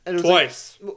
Twice